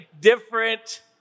different